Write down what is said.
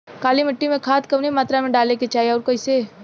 काली मिट्टी में खाद कवने मात्रा में डाले के चाही अउर कइसे?